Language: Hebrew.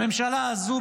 הממשלה הזאת,